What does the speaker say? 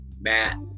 Matt